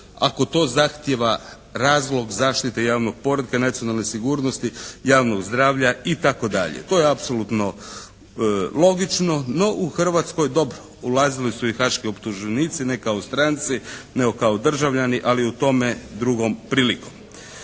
ako to zahtjeva razlog zaštite javnog poretka, nacionalne sigurnosti, javnog zdravlja itd. To je apsolutno logično. No, u Hrvatskoj dobro, ulazili su i Haški optuženici ne kao stranci nego kao državljani ali o tome drugom prilikom.